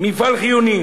זה מפעל חיוני.